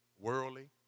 worldly